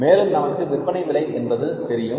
மேலும் நமக்கு விற்பனை விலை என்பது தெரியும்